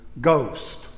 ghost